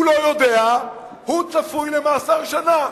הוא לא יודע, הוא צפוי למאסר של שנה.